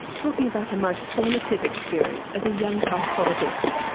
talking about a most formative experience as a young psychologist,